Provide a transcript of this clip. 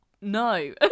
No